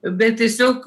bet tiesiog